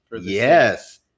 Yes